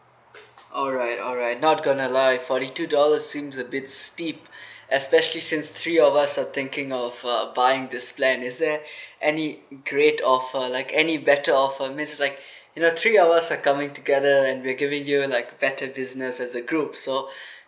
alright alright not going to lie forty two dollars seems a bit steep especially since three of us are thinking of uh buying this plan is there any great offer like any better offer miss I was like you know three of us are coming together and we're giving you like better business as a group so